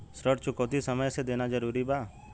ऋण चुकौती समय से देना जरूरी बा?